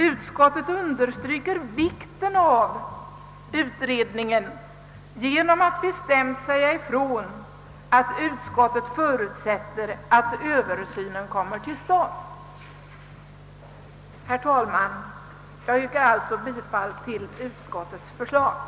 Utskottet understryker ju vikten av en utredning genom att säga bestämt ifrån att utskottet förutsätter att en översyn kommer till stånd. Herr talman! Jag yrkar bifall till utskottets hemställan.